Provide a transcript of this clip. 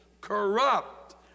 corrupt